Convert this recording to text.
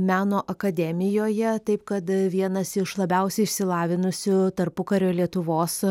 meno akademijoje taip kad vienas iš labiausiai išsilavinusių tarpukario lietuvos